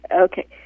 Okay